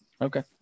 Okay